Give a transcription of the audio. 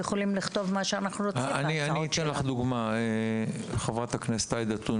יכולים לכתוב בהצעות שלנו מה שאנחנו רוצים בהצעות.